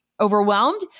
overwhelmed